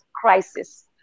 crisis